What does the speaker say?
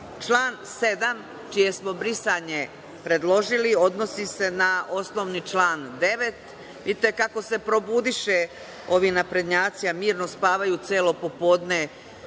7, čije smo brisanje predložili, odnosi se na osnovni član 9. Vidite kako se probudiše ovi naprednjaci, a mirno spavaju celo popodne,